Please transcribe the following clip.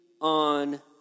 on